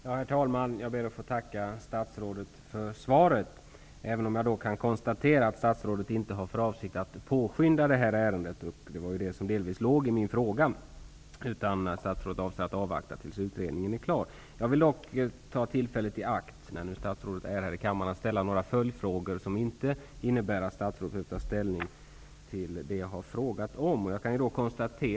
Herr talman! Jag ber att få tacka statsrådet för svaret, även om jag kan konstatera att statsrådet inte har för avsikt att påskynda det här ärendet, vilket delvis var vad jag frågade om. Statsrådet avser i stället att avvakta tills utredningen är klar. När nu statsrådet är här i kammaren vill jag dock ta tillfället i akt att ställa några följdfrågor, som inte innebär att statsrådet behöver ta ställning till det jag har frågat om.